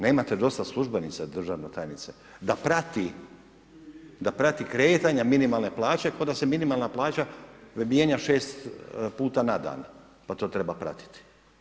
Nemate dosta službenica državna tajnice, da prati, da prati kretanja minimalne plaće, k'o da se minimalna plaća mijenja šest puta na dan, pa to treba pratiti?